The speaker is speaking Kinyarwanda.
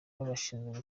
n’abashinzwe